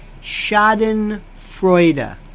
Schadenfreude